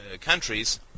countries